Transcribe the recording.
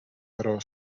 pero